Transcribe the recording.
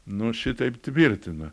nu šitaip tvirtina